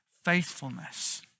faithfulness